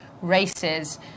races